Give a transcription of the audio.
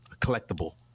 collectible